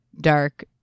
dark